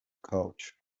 coach